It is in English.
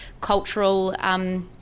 cultural